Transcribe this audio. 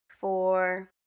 four